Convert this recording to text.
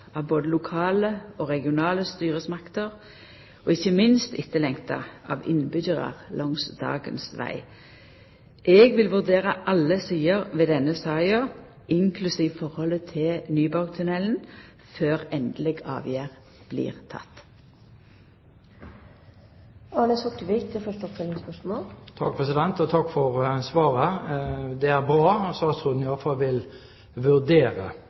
av både lokale og regionale styresmakter og ikkje minst etterlengta av innbyggjarar langs dagens veg. Eg vil vurdera alle sider ved denne saka, inklusiv forholdet til Nyborgtunnelen før endeleg avgjerd blir teken. Takk for svaret. Det er bra at statsråden iallfall vil vurdere saken. Det er riktig, som statsråden